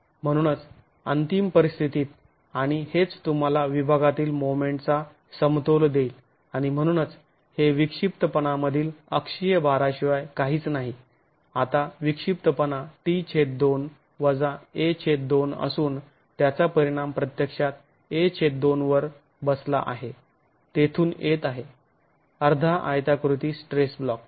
म्हणूनच अंतिम परिस्थितीत आणि हेच तुम्हाला विभागातील मोमेंट चा समतोल देईल आणि म्हणूनच हे विक्षिप्तपणा मधील अक्षीय भाराशिवाय काहीच नाही आता विक्षिप्तपणा t2 - a2 असून त्याचा परिणाम प्रत्यक्षात a2 वर बसला आहे तेथून येत आहे अर्धा आयताकृती स्ट्रेस ब्लॉक